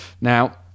Now